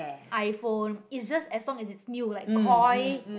iPhone it just as long as is new like Koi